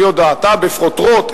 על-פי הודעתה בפרוטרוט,